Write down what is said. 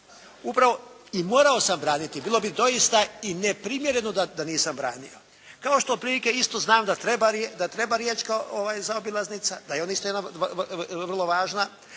Upravo i morao sam braniti. Bilo bi doista i neprimjereno da nisam branio. Evo, što otprilike isto znam da treba riječka zaobilaznica, da je ona isto vrlo važna.